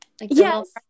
Yes